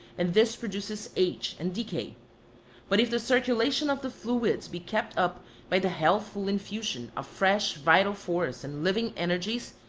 and this produces age and decay but if the circulation of the fluids be kept up by the healthful infusion of fresh vital force and living energies,